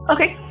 Okay